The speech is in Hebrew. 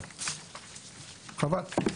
חבל.